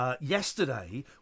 Yesterday